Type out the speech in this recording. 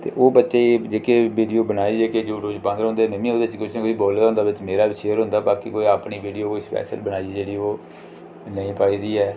ते ओह बच्चे जेह्की विडियो बनाइयै कि यू टूब च पांदे रौंहदे मै बी ओहदे च कुछ ना कुछ बोले दा होंदा ओहदे बिच्च मेरा बी शेयर होंदा बाकी कोई अपनी विडियो कोई स्पेशल बनाई ओह नेईं पाई दी ऐ